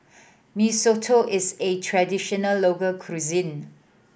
Mee Soto is a traditional local cuisine